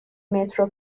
مترو